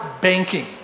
banking